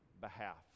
behalf